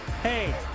Hey